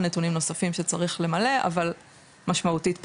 נתונים נוספים שצריך למלא אבל משמעותית פחות.